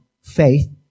faith